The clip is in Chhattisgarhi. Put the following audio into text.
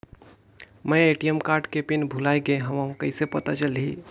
मैं ए.टी.एम कारड के पिन भुलाए गे हववं कइसे पता चलही?